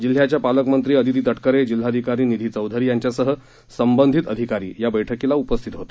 जिल्ह्याच्या पालकमंत्री आदिती तटकरे जिल्हाधिकारी निधी चौधरी यांच्यासह संबंधित अधिकारी या बैठकीला उपस्थित होते